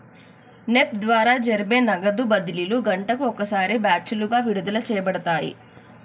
NEFT ద్వారా జరిపే నగదు బదిలీలు గంటకు ఒకసారి బ్యాచులుగా విడుదల చేయబడతాయి